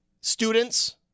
students